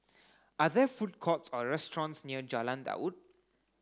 are there food courts or restaurants near Jalan Daud